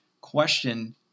question